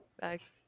Thanks